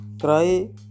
Cry